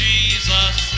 Jesus